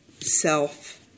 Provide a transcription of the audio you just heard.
self